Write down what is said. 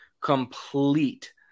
complete